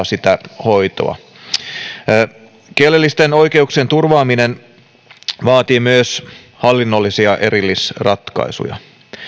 sitä hoitoa kielellisten oikeuksien turvaaminen vaatii myös hallinnollisia erillisratkaisuja